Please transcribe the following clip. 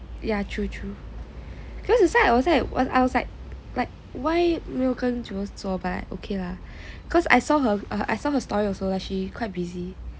ya true true because that's why I was like why 没有跟 jewels 做 but like okay lah cause I saw her uh I saw her story also like she quite busy